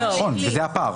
נכון וזה הפער.